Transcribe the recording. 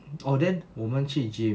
orh then 我们去 gym